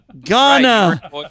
Ghana